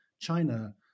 China